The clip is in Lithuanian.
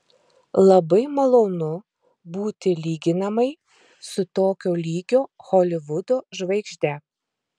labai malonu būti lyginamai su tokio lygio holivudo žvaigžde